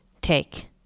take